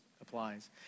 applies